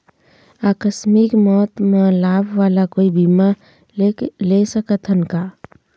आकस मिक मौत म लाभ वाला कोई बीमा ले सकथन का?